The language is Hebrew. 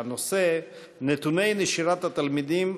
והנושא: נתוני נשירת התלמידים